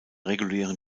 regulären